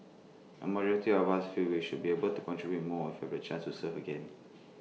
A majority of us feel we should be able to contribute more if we had A chance to serve again